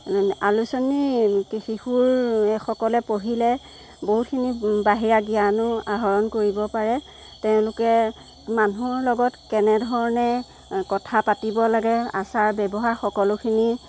আলোচনী কিশোৰসকলে পঢ়িলে বহুতখিনি বাহিৰা জ্ঞানো আহৰণ কৰিব পাৰে তেওঁলোকে মানুহৰ লগত কেনেধৰণে কথা পাতিব লাগে আচাৰ ব্যৱহাৰ সকলোখিনি